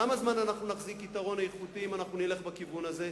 כמה זמן אנחנו נחזיק יתרון איכותי אם אנחנו נלך בכיוון הזה?